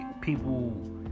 people